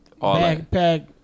Backpack